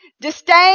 disdain